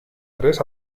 tres